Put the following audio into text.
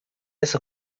essa